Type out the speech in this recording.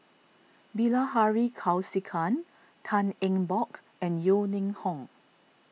Bilahari Kausikan Tan Eng Bock and Yeo Ning Hong